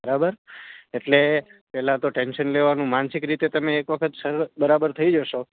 બરાબર એટલે પહેલાં તો ટેન્શન લેવાનું માનસિક રીતે તમે એક વખત સર બરાબર થઇ જશો